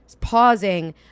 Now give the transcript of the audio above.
pausing